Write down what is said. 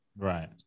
Right